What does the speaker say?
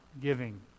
giving